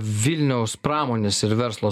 vilniaus pramonės ir verslo